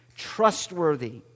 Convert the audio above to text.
trustworthy